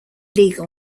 legal